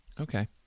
okay